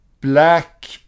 black